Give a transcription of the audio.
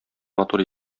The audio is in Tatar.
матур